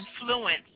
influence